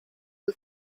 who